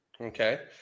Okay